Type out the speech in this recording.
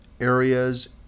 areas